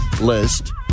list